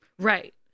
Right